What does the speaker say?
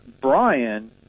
Brian